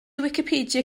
wicipedia